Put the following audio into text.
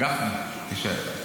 גפני, תישאר.